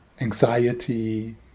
anxiety